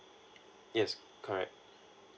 yes correct